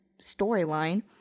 storyline